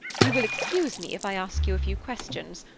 you will excuse me if i ask you a few questions,